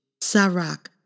Sarak